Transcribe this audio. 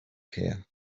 here